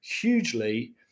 hugely